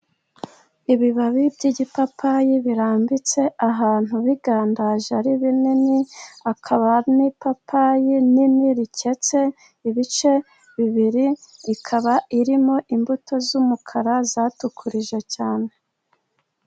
Ibibabi by'igipapayi birambitse ahantu bigandaje ari binini, akaba n'ipapayi nini riketse ibice bibiri, rikaba irimo imbuto z'umukara zatukurije cyane.